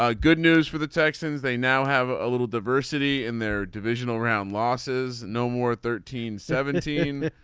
ah good news for the texans. they now have a little diversity in their divisional round losses. no more thirteen seventeen.